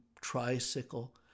tricycle